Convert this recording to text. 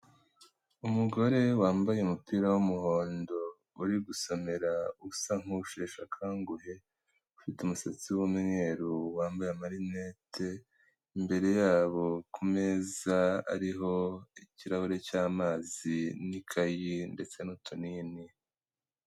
Umugore wambaye umupira w'umuhondo uri gusomera usa nk'usheshe akanguhe, ufite umusatsi w'umweru, wambaye amarinete, imbere yabo kumeza hariho ikirahure cya'mazi n'ikayi, ndetse n'utunnini.